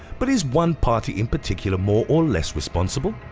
but is one party in particular more or less responsible?